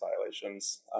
violations